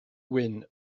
wyn